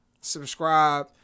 Subscribe